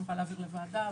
אני יכולה להעביר לוועדה.